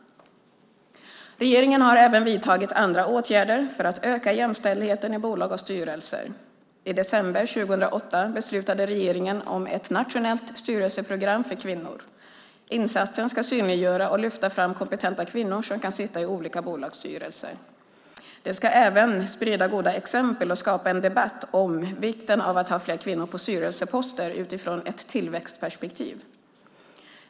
Regeringen har även vidtagit andra åtgärder för att öka jämställdheten i bolag och styrelser. I december 2008 beslutade regeringen om ett nationellt styrelseprogram för kvinnor. Insatsen ska synliggöra och lyfta fram kompetenta kvinnor som kan sitta i olika bolagsstyrelser. Det ska även sprida goda exempel och skapa en debatt om vikten av att ha fler kvinnor på styrelseposter utifrån ett tillväxtperspektiv.